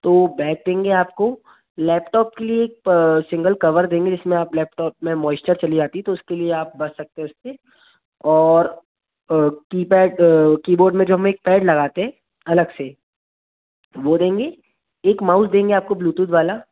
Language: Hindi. तो बैग देंगे आपको लैपटॉप के लिए एक सिंगल कवर देंगे जिसमें आप लैपटॉप में मोईस्चर चली जाती है तो उसके लिए आप बच सकते हैं उससे और कीपैड कीबोर्ड में जो हम एक पैड लगाते है अलग से वह देंगे एक माउस देंगे आपको ब्लूटूथ वाला